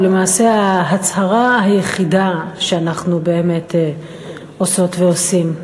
הוא למעשה ההצהרה היחידה שאנחנו באמת עושות ועושים.